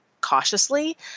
cautiously